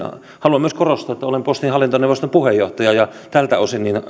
haluan myös korostaa että olen postin hallintoneuvoston puheenjohtaja ja tältä osin